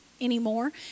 anymore